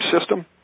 system